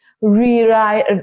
rewrite